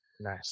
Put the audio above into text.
nice